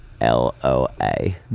L-O-A